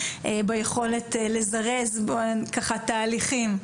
ביכולת לזרז תהליכים.